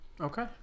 Okay